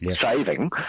saving